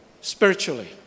spiritually